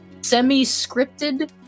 semi-scripted